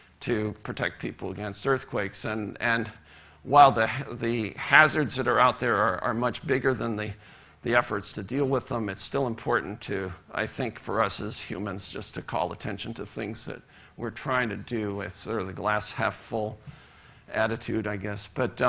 to protect people against earthquakes. and and while the the hazards that are out there are much bigger than the the efforts to deal with them, it's still important to i think, for us, as humans, just to call attention to things that we're trying to do. it's sort of the glass half-full attitude, i guess. but